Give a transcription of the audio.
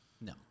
no